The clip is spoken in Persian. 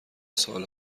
سال